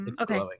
Okay